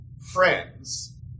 friends